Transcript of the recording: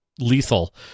lethal